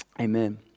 Amen